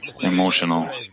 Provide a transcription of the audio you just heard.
emotional